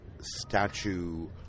statue